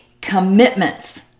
commitments